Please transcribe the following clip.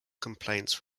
complaints